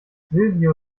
silvio